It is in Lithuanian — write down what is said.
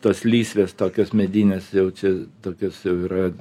tos lysvės tokios medinės jau čia tokios jau yra